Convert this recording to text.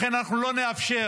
לכן אנחנו לא נאפשר